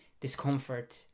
discomfort